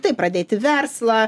taip pradėti verslą